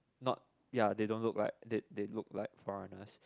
not ya they don't look like ya they they look like foreigners